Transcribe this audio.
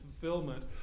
fulfillment